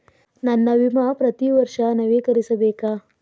ನನ್ನ ವಿಮಾ ಪ್ರತಿ ವರ್ಷಾ ನವೇಕರಿಸಬೇಕಾ?